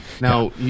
Now